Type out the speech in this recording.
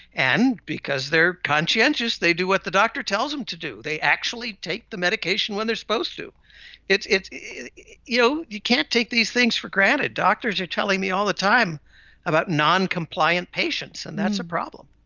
and, because they're conscientious, they do what the doctor tells them to do. they actually take the medication when they're supposed to it. you know, you can't take these things for granted. doctors are telling me all the time about non-compliant patients, and that's a problem.